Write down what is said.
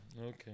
Okay